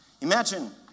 Imagine